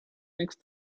next